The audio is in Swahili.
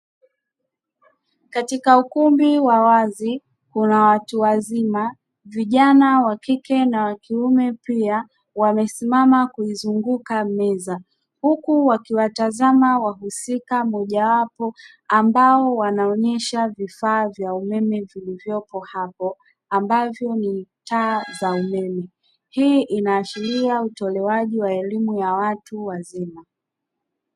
Katika ukumbi wa wazi una watu wazima, vijana wa kike na wa kiume pia wamesimama kuizunguka meza; huku wakiwatazama wahusika mmoja wapo ambao wanaonyesha vifaa vya umeme vilivyopo hapo ambavyo ni taa za umeme. Hii inaashiria utolewaji wa elimu ya watu wazima.